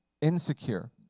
insecure